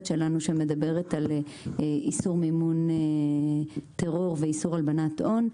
שלנו שמדברת על איסור מימון טרור ואיסור הלבנת הון.